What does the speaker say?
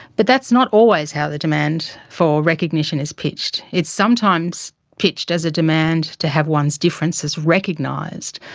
but that's not always how the demand for recognition is pitched. it's sometimes pitched as a demand to have one's differences recognized.